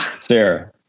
Sarah